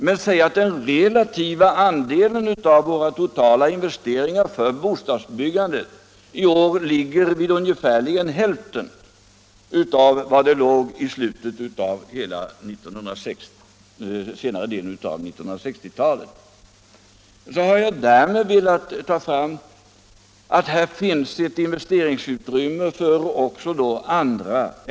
Men säg att den relativa andelen av våra totala investeringar för bostadsbyggandet i år ligger vid ungefärligen hälften av den summa där den låg under senare delen av 1960-talet! Därmed har jag velat visa att här finns investeringsutrymme även för andra ändamål.